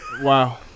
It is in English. wow